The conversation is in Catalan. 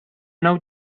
nou